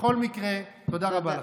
בכל מקרה, תודה רבה לכם.